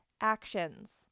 actions